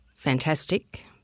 Fantastic